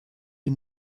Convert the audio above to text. die